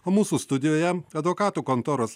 o mūsų studijoje advokatų kontoros